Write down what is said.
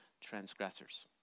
transgressors